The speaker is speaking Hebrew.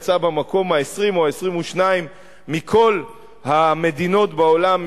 יצאה במקום ה-20 או ה-22 מכל המדינות בעולם,